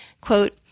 Quote